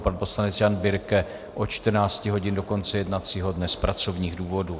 Pan poslanec Jan Birke od 14 hodin do konce jednacího dne z pracovních důvodů.